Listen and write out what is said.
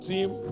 team